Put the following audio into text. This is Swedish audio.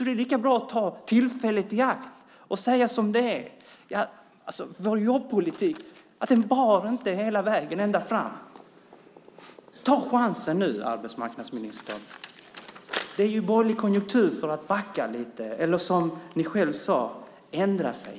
Det är lika bra att ni tar tillfället i akt och säger som det är, nämligen att er jobbpolitik inte nådde ända fram. Ta chansen nu, arbetsmarknadsministern! Det är borgerlig konjunktur för att backa lite eller, som ni själva sade, ändra sig.